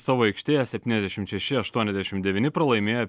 savo aikštėje septyniasdešimt šeši aštuoniasdešimt devyni pralaimėjo